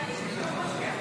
אם כן,